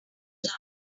loud